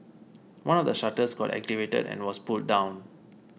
one of the shutters got activated and was pulled down